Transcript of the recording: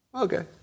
Okay